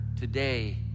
today